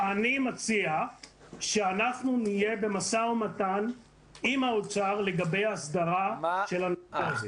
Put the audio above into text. אני מציע שאנחנו נהיה במשא ומתן עם האוצר לגבי ההסדרה של הנושא הזה.